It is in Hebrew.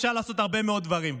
אפשר לעשות הרבה מאוד דברים.